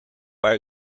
haar